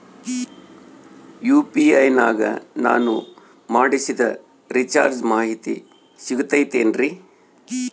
UPI ನಾಗ ನಾನು ಮಾಡಿಸಿದ ರಿಚಾರ್ಜ್ ಮಾಹಿತಿ ಸಿಗುತೈತೇನ್ರಿ?